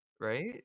right